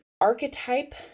archetype